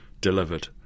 Delivered